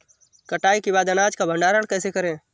कटाई के बाद अनाज का भंडारण कैसे करें?